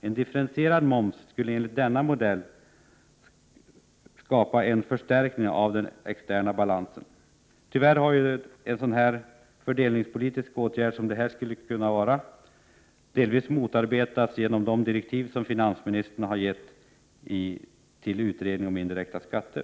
En differentierad moms enligt denna modell skulle skapa en förstärkning av den externa balansen. Tyvärr har ju en sådan fördelningspolitisk åtgärd som detta skulle vara delvis motarbetats genom de direktiv som finansministern har gett utredningen om indirekta skatter.